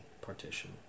partition